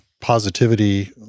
positivity